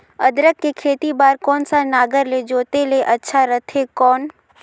अदरक के खेती बार कोन सा नागर ले जोते ले अच्छा रथे कौन?